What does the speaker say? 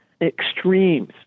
extremes